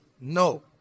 no